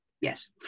Yes